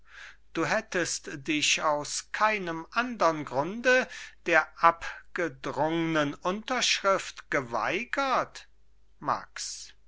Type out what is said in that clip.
du hättest dich aus keinem andern grunde der abgedrungnen unterschrift geweigert max